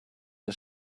der